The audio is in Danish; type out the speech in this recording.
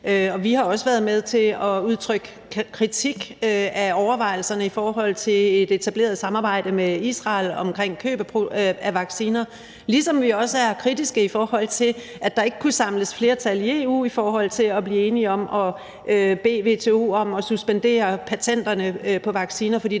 vi har også været med til at udtrykke kritik af overvejelserne om et etableret samarbejde med Israel om køb af vacciner, ligesom vi også er kritiske, i forhold til at der ikke kunne samles flertal i EU om at blive enige om at bede WTO om at suspendere patenterne på vacciner,